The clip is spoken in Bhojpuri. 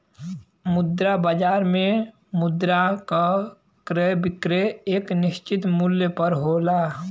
मुद्रा बाजार में मुद्रा क क्रय विक्रय एक निश्चित मूल्य पर होला